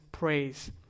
praise